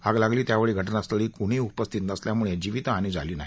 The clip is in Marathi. आग लागली त्यावेळी घटनास्थळी कुणीही उपस्थित नसल्यामुळे जिवीतहानी झाली नाही